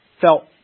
felt